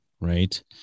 right